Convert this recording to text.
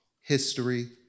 history